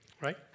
right